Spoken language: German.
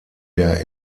der